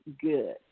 good